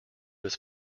was